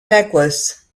necklace